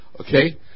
Okay